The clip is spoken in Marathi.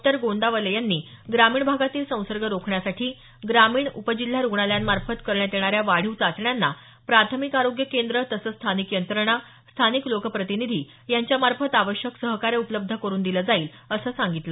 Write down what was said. मंगेश गोंदावले यांनी ग्रामीण भागातील संसर्ग रोखण्यासाठी ग्रामीण उपजिल्हा रूग्णालयांमार्फत करण्यात येणाऱ्या वाढीव चाचण्यांना प्राथमिक आरोग्य केंद्र तसंच स्थानिक यंत्रणा स्थानिक लोकप्रतिनिधी यांच्यामार्फत आवश्यक सहकार्य उपलब्ध करून दिलं जाईल असं सांगितलं